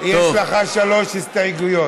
יש לך שלוש הסתייגויות.